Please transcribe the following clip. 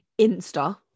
Insta